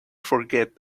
forget